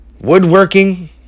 woodworking